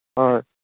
ꯍꯣꯏ